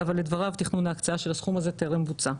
אבל לדבריו, תכנון ההקצאה של הסכום הזה טרם בוצע.